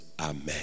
amen